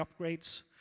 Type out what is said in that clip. upgrades